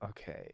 okay